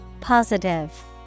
Positive